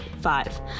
Five